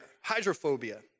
hydrophobia